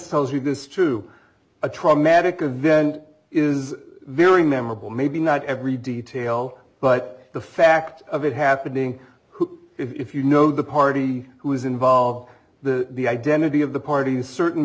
tells you this too a traumatic event is very memorable maybe not every detail but the fact of it happening who if you know the party who is involved the identity of the party certain